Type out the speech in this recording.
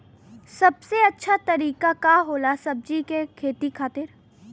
सबसे अच्छा तरीका का होला सब्जी के खेती खातिर?